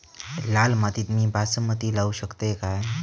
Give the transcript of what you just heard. लाल मातीत मी बासमती लावू शकतय काय?